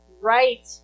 right